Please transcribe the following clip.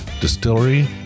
distillery